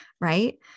right